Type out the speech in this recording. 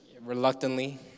reluctantly